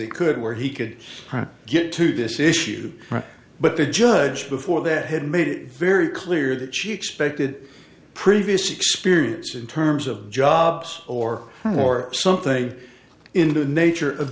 e could where he could try to get to this issue but the judge before that had made it very clear that she expected previous experience in terms of jobs or more something in the nature of